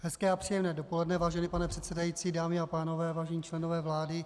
Hezké a příjemné dopoledne, vážený pane předsedající, dámy a pánové, vážení členové vlády.